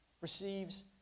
receives